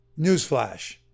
newsflash